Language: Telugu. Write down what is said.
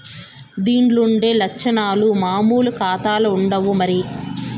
దీన్లుండే లచ్చనాలు మామూలు కాతాల్ల ఉండవు మరి